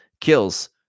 kills